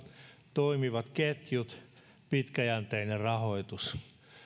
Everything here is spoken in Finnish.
toimivat ketjut pitkäjänteinen rahoitus